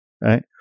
Right